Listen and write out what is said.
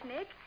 Nick